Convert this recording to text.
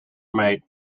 mate